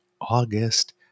August